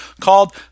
called